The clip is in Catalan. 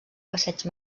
passeig